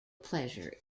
pleasure